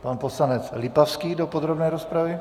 Pan poslanec Lipavský do podrobné rozpravy.